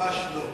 ממש לא.